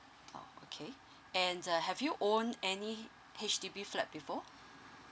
oh okay and uh have you own any H_D_B flat before